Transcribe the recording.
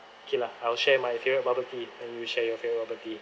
okay lah I will share my favorite bubble tea and you share your favourite bubble tea